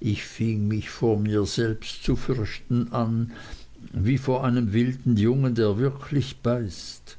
ich fing mich vor mir selbst zu fürchten an wie vor einem wilden jungen der wirklich beißt